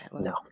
No